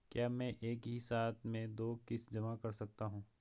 क्या मैं एक ही साथ में दो किश्त जमा कर सकता हूँ?